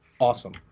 awesome